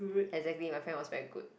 exactly my friend was very good